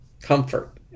comfort